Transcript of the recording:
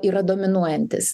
yra dominuojantis